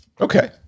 okay